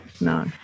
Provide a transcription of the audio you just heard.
No